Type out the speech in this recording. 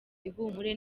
ihumure